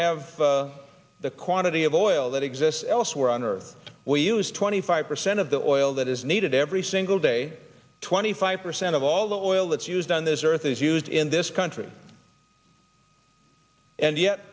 have the quantity of oil that exists elsewhere on earth we use twenty five percent of the oil that is needed every single day twenty five percent of all the oil that's used on this earth is used in this country and yet